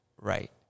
right